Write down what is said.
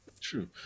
True